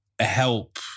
help